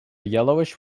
yellowish